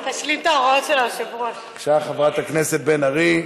בבקשה, חברת הכנסת בן ארי.